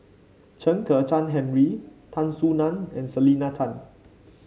Chen Kezhan Henri Tan Soo Nan and Selena Tan